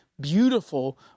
beautiful